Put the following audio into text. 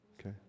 Okay